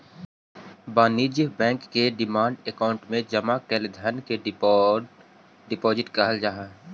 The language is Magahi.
वाणिज्य बैंक के डिमांड अकाउंट में जमा कैल धन के डिमांड डिपॉजिट कहल जा हई